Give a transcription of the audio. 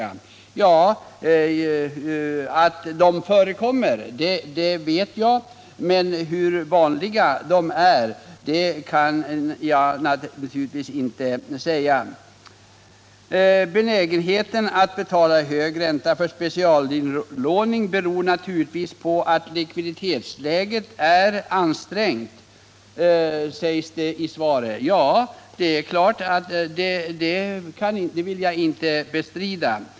Att sådana räntesatser förekommer vet jag, men hur vanliga de är kan jag naturligtvis inte säga. ”Benägenheten att betala hög ränta för specialinlåning beror naturligtvis på att likviditetsläget är ansträngt”, sägs det i svaret. Det vill jag inte bestrida.